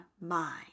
mind